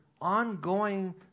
ongoing